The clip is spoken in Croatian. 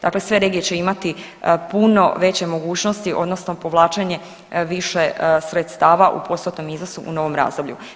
Dakle, sve regije će imati puno veće mogućnosti odnosno povlačenje više sredstva u postotnom iznosu u o novom razdoblju.